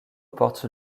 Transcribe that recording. porte